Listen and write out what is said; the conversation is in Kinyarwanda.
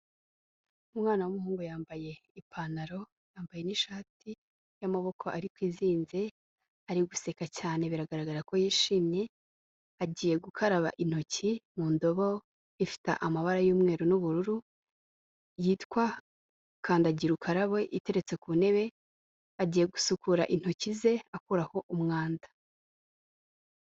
umwana w'umuhungu yambaye ipantaro, yambaye n'ishati y'amaboko ariko izinze, ari guseka cyane biragaragara ko yishimye, agiye gukaraba intoki mu ndobo ifite amabara y'umweru n'ubururu yitwa kandagira ukarabe iteretse ku ntebe, agiye gusukura intoki ze akuraho umwanda.